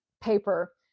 paper